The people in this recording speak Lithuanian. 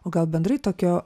o gal bendrai tokio